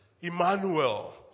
Emmanuel